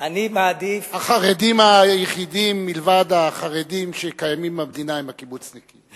החרדים היחידים מלבד החרדים שקיימים במדינה הם הקיבוצניקים.